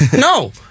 No